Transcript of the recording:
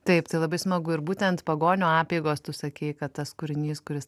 taip tai labai smagu ir būtent pagonių apeigos tu sakei kad tas kūrinys kuris